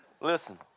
Listen